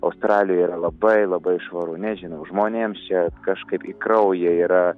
australijoj yra labai labai švaru nežinau žmonėms čia kažkaip į kraują yra